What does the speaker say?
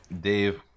Dave